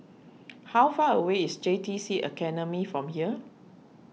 how far away is J T C Academy from here